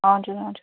हजुर हजुर